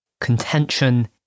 contention